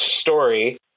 story